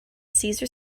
cesar